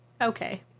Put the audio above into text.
Okay